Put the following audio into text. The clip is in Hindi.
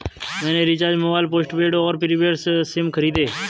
मैंने रिचार्ज मोबाइल पोस्टपेड और प्रीपेड सिम खरीदे